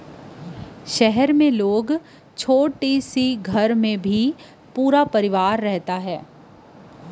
सहर म मनखे मन छितकी कुरिया झोपड़ी म जम्मो परवार रहिथे